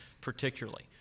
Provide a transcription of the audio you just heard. particularly